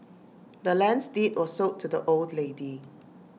the land's deed was sold to the old lady